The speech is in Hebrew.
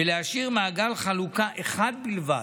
ולהשאיר מעגל חלוקה אחד בלבד.